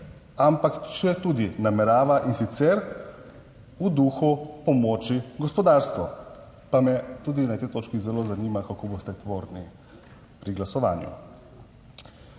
ampak če tudi namerava in sicer v duhu pomoči gospodarstvu. Pa me tudi na tej točki zelo zanima kako boste tvorni pri glasovanju?